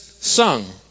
sung